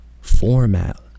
format